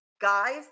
Guys